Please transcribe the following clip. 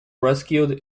rescued